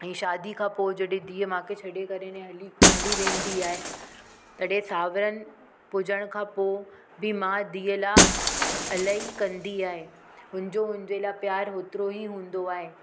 शादी खां पोइ जॾहिं धीअ माउ से छॾी करे हली वेंदी आहे तॾहिं साहुरनि हुजणु खां पोइ माउ धीअ लाइ इलाही कंदी आहे हुनजो हुनजे लाइ प्यारु होतिरो ई हूंदो आहे